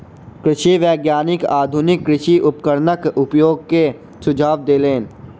कृषि वैज्ञानिक आधुनिक कृषि उपकरणक उपयोग के सुझाव देलैन